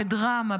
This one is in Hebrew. בדרמה,